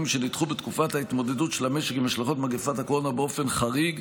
שנדחו בתקופת ההתמודדות של המשק עם השלכות מגפת הקורונה באופן חריג,